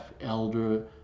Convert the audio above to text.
Elder